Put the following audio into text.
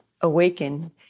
awaken